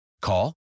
Call